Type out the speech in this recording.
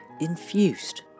infused